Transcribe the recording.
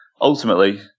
ultimately